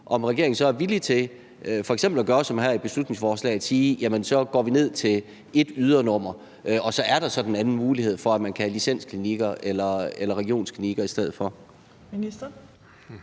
taget nu, så er villig til f.eks. at gøre som her i beslutningsforslaget og sige, at så går vi ned til ét ydernummer, og så er der så den anden mulighed for, at man kan have licensklinikker eller regionsklinikker i stedet for.